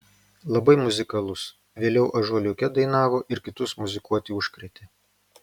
labai muzikalus vėliau ąžuoliuke dainavo ir kitus muzikuoti užkrėtė